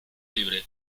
libre